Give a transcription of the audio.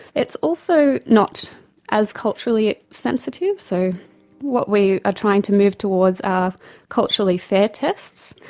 it's also not as culturally sensitive so what we are trying to move towards are culturally fair tests.